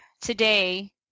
today